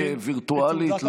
אתה יכול להעניק וירטואלית,